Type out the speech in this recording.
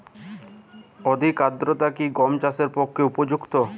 অধিক আর্দ্রতা কি গম চাষের পক্ষে উপযুক্ত?